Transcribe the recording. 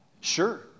Sure